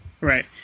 Right